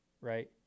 right